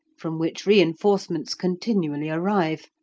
from which reinforcements continually arrive,